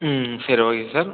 ம் சரி okay sir